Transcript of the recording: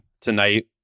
tonight